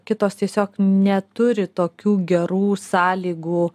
kitos tiesiog neturi tokių gerų sąlygų